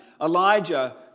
Elijah